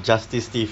justice steve